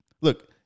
Look